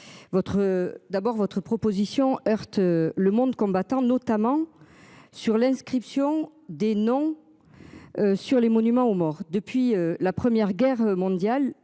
D'abord votre proposition heurte le monde combattant, notamment sur l'inscription des noms. Sur les monuments aux morts depuis la première guerre mondiale,